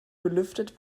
belüftet